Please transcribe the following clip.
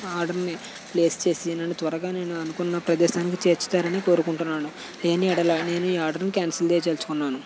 ఆర్డర్ని ప్లేస్ చేసి నన్ను త్వరగా నేను అనుకున్న ప్రదేశానికి చేర్చుతారని కోరుకుంటున్నాను లేనియెడల నేను ఈ ఆర్డర్ని క్యాన్సల్ చేయదలచుకున్నాను